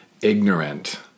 ignorant